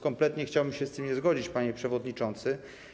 Kompletnie chciałbym się z tym nie zgodzić, panie przewodniczący.